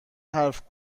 حرف